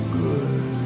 good